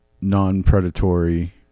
non-predatory